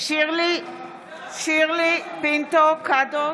שירלי פינטו קדוש,